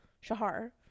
shahar